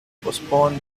postpone